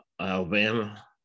Alabama